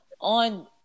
on